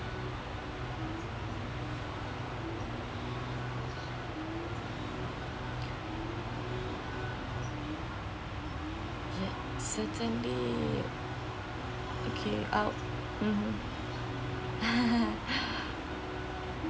ya certainly okay uh mmhmm